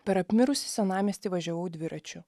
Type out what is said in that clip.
per apmirusį senamiestį važiavau dviračiu